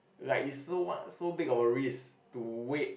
like is so what so big of a risk to wait